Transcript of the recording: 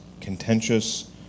contentious